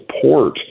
support